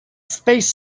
space